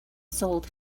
sold